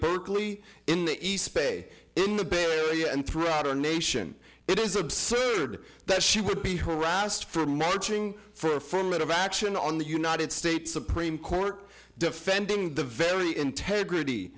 berkeley in the east bay in the bay area and throughout our nation it is absurd that she would be harassed for marching for affirmative action on the united states supreme court defending the very integrity